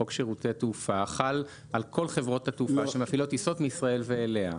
חל על כל חברות התעופה שמפעילות טיסות מישראל ואליה.